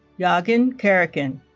yaugen karakin